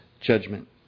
judgment